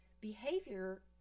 behavior